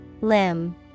Limb